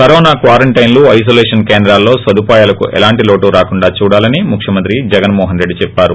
corona క్వారంటైన్లు isolation కేంద్రాల్లో సదుపాయాలకు ఎలాంటి లోటు రాకుండ చూడాలని ముఖ్యమంత్రి జగన్మోహన్రెడ్డి చెప్పారు